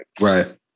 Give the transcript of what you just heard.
Right